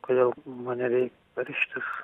kodėl mane vei karštis